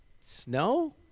snow